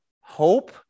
hope